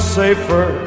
safer